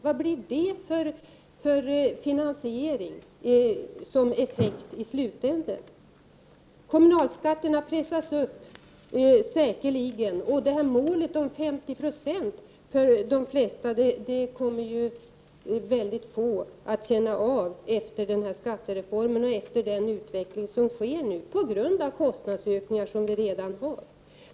Vad får en sådan finansiering för effekt i slutändan? Kommunalskatterna kommer säkerligen att pressas upp. Målet 50 96 marginalskatt för de flesta kommer mycket få att kunna dra nytta av efter denna skattereform och med den utveckling som nu sker samt med de kostnadsökningar som vi redan har.